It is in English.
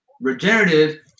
Regenerative